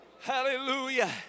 Hallelujah